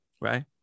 right